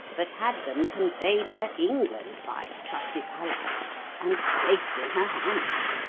but had them conveyed to england by trusted allies and placed in her hands.